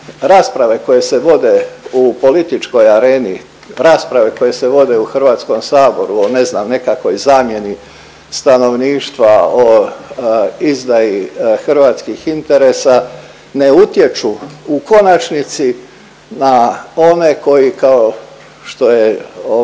rasprave koje se vode u političkoj areni, rasprave koje se vode u HS-u o ne znam nekakvoj zamjeni stanovništva, o izdaji hrvatskih interesa ne utječu u konačnici na one koji kao što je